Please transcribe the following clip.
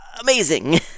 amazing